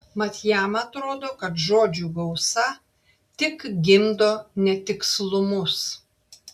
mat jam atrodo kad žodžių gausa tik gimdo netikslumus